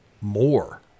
more